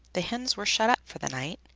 the hens were shut up for the night,